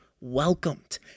welcomed